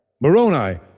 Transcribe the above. Moroni